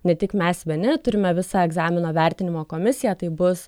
ne tik mes vieni turime visą egzamino vertinimo komisiją tai bus